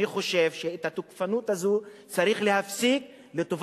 אני חושב שאת התוקפנות צריך להפסיק,